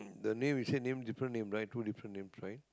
the name you say name different name right two different name right